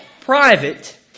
private